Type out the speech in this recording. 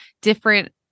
different